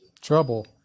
trouble